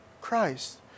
Christ